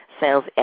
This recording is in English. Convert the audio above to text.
sales